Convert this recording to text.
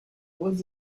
was